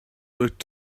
wird